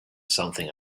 something